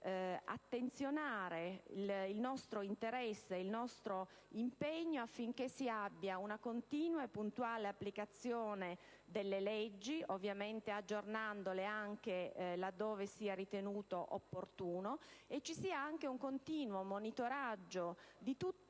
attenzionare il nostro interesse e il nostro impegno affinché si abbia una continua e puntuale applicazione delle leggi (ovviamente aggiornandole, laddove ciò sia ritenuto opportuno) e vi sia un continuo monitoraggio di tutti